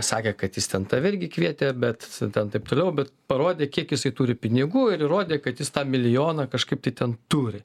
sakė kad jis ten tave irgi kvietė bet ten taip toliau bet parodė kiek jisai turi pinigų ir įrodė kad jis tą milijoną kažkaip tai ten turi